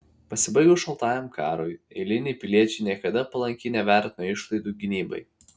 pasibaigus šaltajam karui eiliniai piliečiai niekada palankiai nevertino išlaidų gynybai